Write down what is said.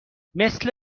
مثل